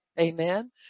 Amen